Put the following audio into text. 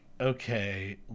Okay